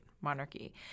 monarchy